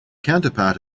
counterpart